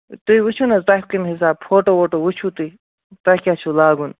تُہۍ وٕچھِو نا حظ تۄہہِ کَمہِ حساب فوٹو ووٹو وٕچھِو تُہۍ تۄہہِ کیٛاہ چھُو لاگُن